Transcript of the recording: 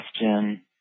question